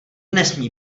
nesmí